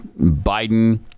biden